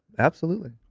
absolutely.